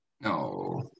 No